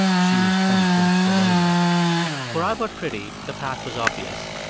she was twenty points below that for albert priddy, the path was obvious.